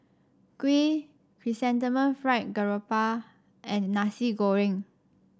kuih Chrysanthemum Fried Garoupa and Nasi Goreng